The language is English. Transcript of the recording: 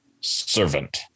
Servant